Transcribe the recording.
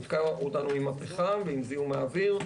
נתקע אותנו עם הפחם ועם זיהום האוויר,